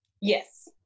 Yes